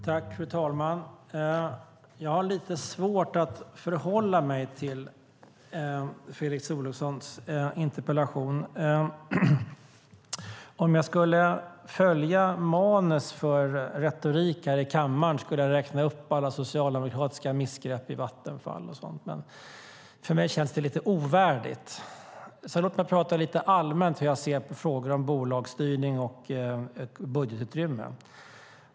Fru talman! Jag har lite svårt att förhålla mig till Fredrik Olovssons interpellation. Om jag skulle följa mallen för retorik här i kammaren skulle jag räkna upp alla socialdemokratiska missgrepp i Vattenfall och liknande. Men för mig känns det lite ovärdigt. Låt mig i stället tala lite allmänt om hur jag ser på bolagsstyrning och budgetutrymme.